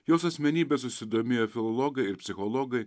jos asmenybe susidomėjo filologai ir psichologai